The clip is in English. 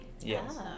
Yes